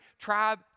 tribe